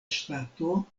ŝtato